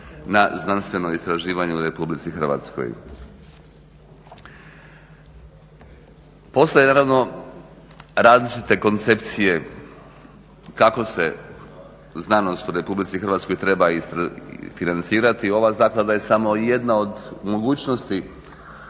na znanstveno istraživanje u Republici Hrvatskoj. Postoje naravno različite koncepcije kako se znanost u Republici Hrvatskoj treba financirati. Ova Zaklada je samo jedna od mogućnosti,